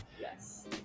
yes